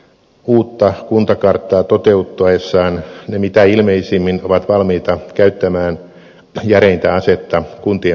uutta kuntakarttaa toteuttaessaan ne mitä ilmeisimmin ovat valmiita käyttämään järeintä asetta kuntien pakkoliitoksia